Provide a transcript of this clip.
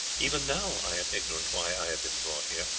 even now i am ignorant why i have been brought here.